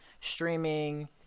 streaming